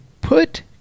put